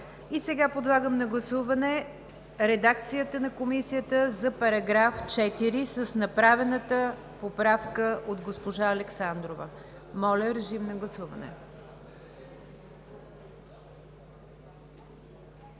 И сега подлагам на гласуване редакцията на Комисията за § 4 с направената поправка от госпожа Александрова. Гласували